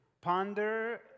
ponder